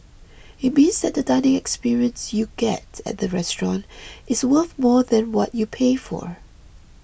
it means that the dining experience you get at the restaurant is worth more than what you pay for